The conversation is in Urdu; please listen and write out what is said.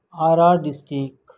آرا ڈسٹک